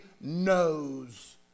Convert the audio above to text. knows